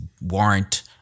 warrant